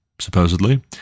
supposedly